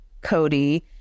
Cody